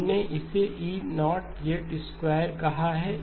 हमने इसे E0 कहा है